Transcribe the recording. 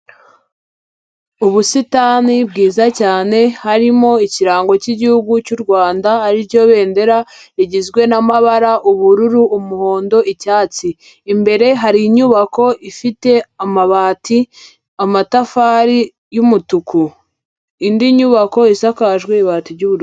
Ubusitani bwiza cyane harimo ikirango cy'Igihugu cy'u Rwanda ari ryo bendera rigizwe n'amabara ubururu, umuhondo, icyatsi, imbere hari inyubako ifite amabati, amatafari y'umutuku, indi nyubako isakajwe ubati ry'ubururu.